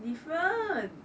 different